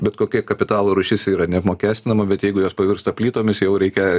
bet kokia kapitalo rūšis yra neapmokestinama bet jeigu jos pavirsta plytomis jau reikia